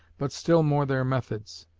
but still more their methods.